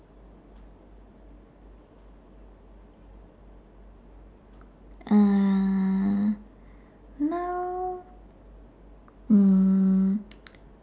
uh now mm